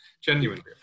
genuinely